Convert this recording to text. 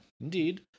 indeed